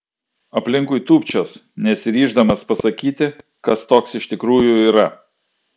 aplinkui tūpčios nesiryždamas pasakyti kas toks iš tikrųjų yra